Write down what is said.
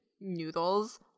noodles